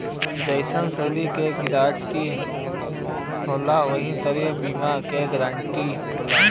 जइसे ऋण के गारंटी होला वही तरह बीमा क गारंटी होला